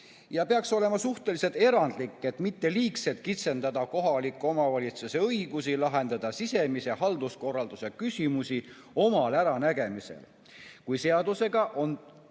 ja peaks olema suhteliselt erandlik, et mitte liigselt kitsendada kohaliku omavalitsuse õigusi lahendada sisemise halduskorralduse küsimusi omal äranägemisel. Kui seadusega on